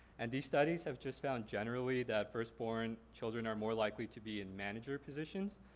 and these studies have just found generally that first born children are more likely to be in manager positions.